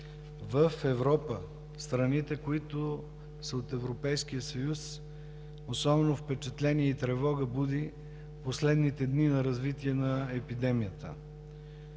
В Европа – страните, които са от Европейския съюз, особено впечатление и тревога будят последните дни на развитие на епидемията: